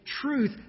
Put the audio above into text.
truth